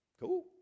Cool